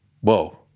whoa